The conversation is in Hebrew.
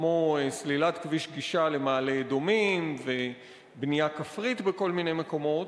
כמו סלילת כביש גישה למעלה-אדומים ובנייה כפרית בכל מיני מקומות.